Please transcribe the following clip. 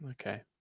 Okay